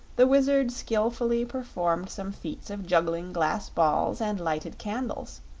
the wizard skillfully performed some feats of juggling glass balls and lighted candles.